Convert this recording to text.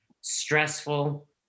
stressful